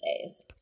days